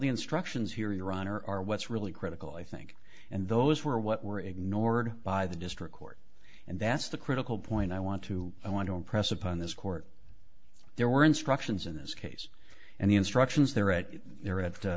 the instructions here in iran are are what's really critical i think and those were what were ignored by the district court and that's the critical point i want to i want to impress upon this court there were instructions in this case and the instructions there at there at